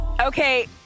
Okay